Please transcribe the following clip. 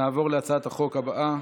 נעבור לאט להצעת החוק הבאה,